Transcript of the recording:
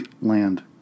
land